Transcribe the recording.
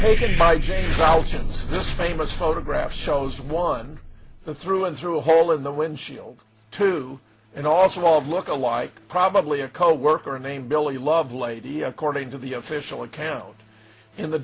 taken by james altgens this famous photograph shows one through and through a hole in the windshield two and also bald look alike probably a coworker named billy lovelady according to the official account in the